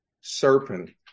serpent